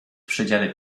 przedziale